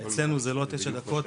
אצלנו זה לא תשע דקות.